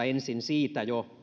ensin jo